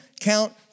count